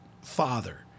Father